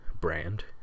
brand